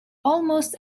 almost